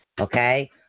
Okay